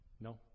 No